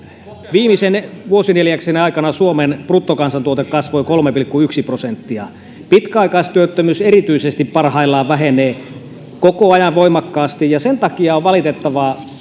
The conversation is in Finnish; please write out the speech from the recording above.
viimeisen vuosineljänneksen aikana suomen bruttokansantuote kasvoi kolme pilkku yksi prosenttia erityisesti pitkäaikaistyöttömyys parhaillaan vähenee koko ajan voimakkaasti sen takia on valitettavaa että